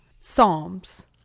Psalms